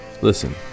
listen